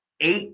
eight